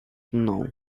mną